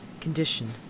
condition